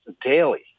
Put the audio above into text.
daily